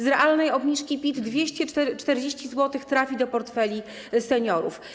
Z realnej obniżki PIT 240 zł trafi do portfeli seniorów.